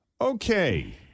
Okay